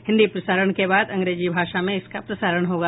हिन्दी प्रसारण के बाद अंग्रेजी भाषा में इसका प्रसारण होगा